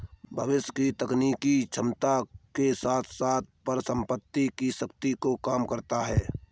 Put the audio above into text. भविष्य की तकनीकी क्षमता के साथ साथ परिसंपत्ति की शक्ति को कम करता है